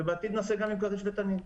ובעתיד נעשה גם עם כריש ותנין.